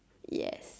yes